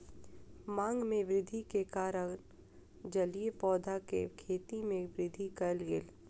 मांग में वृद्धि के कारण जलीय पौधा के खेती में वृद्धि कयल गेल